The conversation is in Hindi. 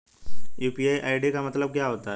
यू.पी.आई आई.डी का मतलब क्या होता है?